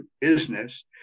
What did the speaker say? business